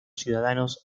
ciudadanos